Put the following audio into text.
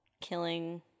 killing